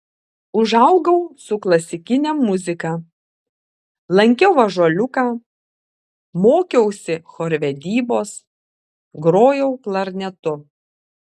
užaugau su klasikine muzika lankiau ąžuoliuką mokiausi chorvedybos grojau klarnetu